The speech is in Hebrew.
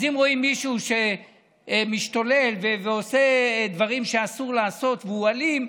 אז אם רואים מישהו שמשתולל ועושה דברים שאסור לעשות והוא אלים,